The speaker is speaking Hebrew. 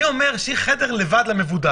אני אומר שצריך להיות חדר אחד למבודד.